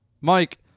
Mike